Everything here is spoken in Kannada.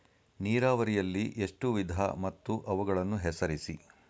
ನೀರಾವರಿಯಲ್ಲಿ ಎಷ್ಟು ವಿಧ ಮತ್ತು ಅವುಗಳನ್ನು ಹೆಸರಿಸಿ?